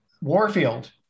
Warfield